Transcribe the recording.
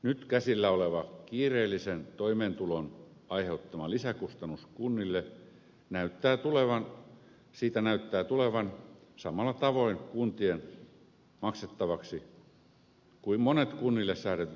nyt käsillä oleva kiireellinen toimeentulotuen aiheuttama lisäkustannus näyttää tulevan samalla tavoin kuntien maksettavaksi kuin monet kunnille säädetyt lisätehtävät